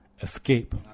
Escape